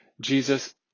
Jesus